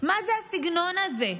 מה זה הסגנון הזה?